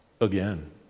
again